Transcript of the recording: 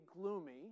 gloomy